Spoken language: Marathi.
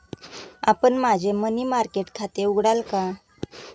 आपण माझे मनी मार्केट खाते उघडाल का?